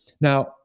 Now